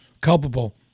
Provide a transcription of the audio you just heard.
culpable